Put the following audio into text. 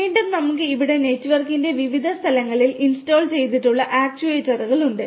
വീണ്ടും നമുക്ക് ഇവിടെ നെറ്റ്വർക്കിന്റെ വിവിധ സ്ഥലങ്ങളിൽ ഇൻസ്റ്റാൾ ചെയ്തിട്ടുള്ള ആക്യുവേറ്ററുകൾ ഉണ്ട്